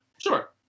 sure